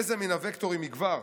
איזה מן הווקטורים יגבר?